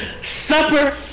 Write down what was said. Supper